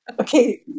Okay